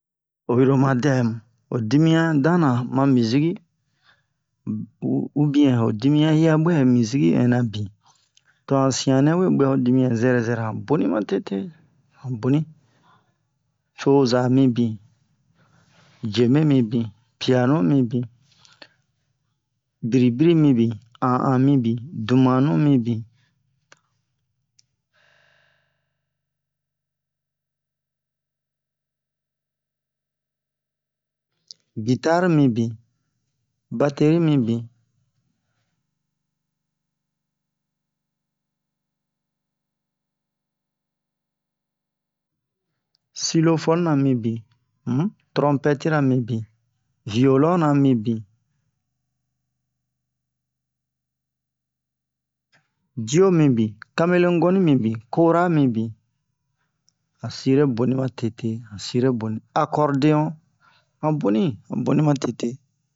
oyi ho dimiyan danan ma miziki u u ubiyɛn ho dimiyan hiyabwɛ miziki ɛnna bin to han sinhan nɛ we ɓɛ ho dimiyan zɛrɛ han boni matete han boni coza mibin jeme mibin piyano mibin biribiri mibin an'an mibin dumannu mibin gitare mibin bateri mibin silofɔnina mibin um tɔrompɛtira mibin viyolonna mibin jiyo mibin kamele n'gɔni mibin kora mibin han sire boni matete han sire boni akɔrdeyon han boni han boni matete